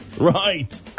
Right